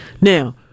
Now